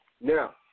Now